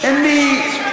אין לי,